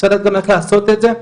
צריך לדעת גם איך לעשות את זה.